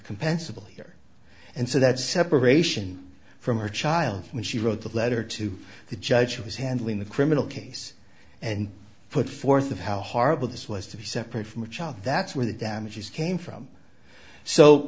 compensable here and so that separation from her child when she wrote the letter to the judge she was handling the criminal case and put forth of how horrible this was to be separate from a child that's where the damages came from so